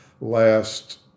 last